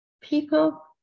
People